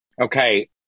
Okay